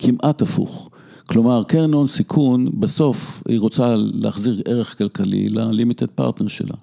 כמעט הפוך, כלומר קרן הון סיכון בסוף היא רוצה להחזיר ערך כלכלי ללימיטד פרטנר שלה.